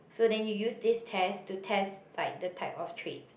so then you use this test to test like the type of trait